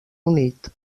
unit